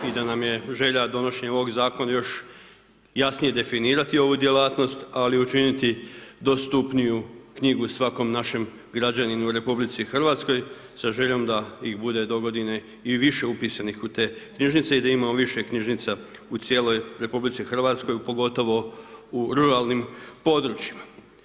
I da nam je želja donošenje ovog zakona jasnije definirati ovu djelatnost, ali učiniti dostupniju knjigu svakom našem građaninu u RH sa željom da ih bude dogodine i više upisanih u te knjižnice i da imamo više knjižnica u cijeloj RH, pogotovo u ruralnim područjima.